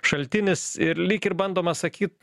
šaltinis ir lyg ir bandoma sakyt